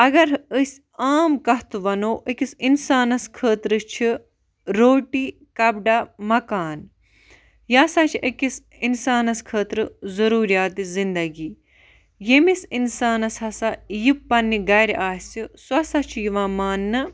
اگر أسۍ عام کتھ وَنو أکِس اِنسانَس خٲطرٕ چھُ روٹی کَپڑا مَکان یہِ ہَسا چھِ أکِس اِنسانَس خٲطرٕ ضروٗریاتہِ زِنٛدَگی ییٚمِس اِنسانَس ہَسا یہِ پَننہِ گَرِ آسہِ سُہ ہَسا چھُ یِوان ماننہٕ